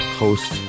host